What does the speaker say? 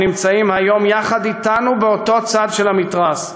שנמצאים היום יחד אתנו באותו צד של המתרס.